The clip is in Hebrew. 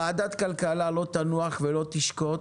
ועדת הכלכלה לא תנוח ולא תשקוט